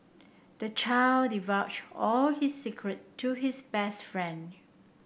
the child divulged all his secret to his best friend